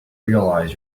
realize